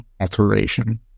alteration